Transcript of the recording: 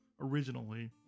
originally